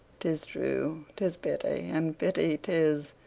tis true, tis pity, and pity tis,